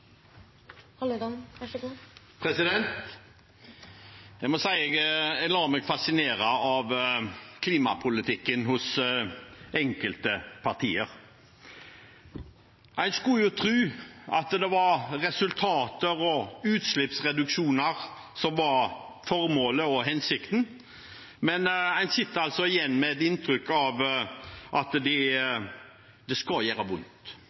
Jeg må si at jeg lar meg fascinere av klimapolitikken til enkelte partier. En skulle jo tro at det var resultater og utslippsreduksjoner som var formålet og hensikten, men en sitter igjen med et inntrykk av at det skal gjøre vondt, at det helst skal koste noen arbeidsplasser, og at vi gjerne kan gjøre